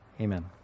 Amen